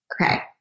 Okay